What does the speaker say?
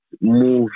move